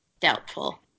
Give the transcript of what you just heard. doubtful